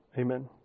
Amen